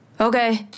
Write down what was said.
Okay